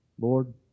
Lord